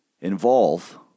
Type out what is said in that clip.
involve